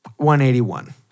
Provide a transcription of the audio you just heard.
181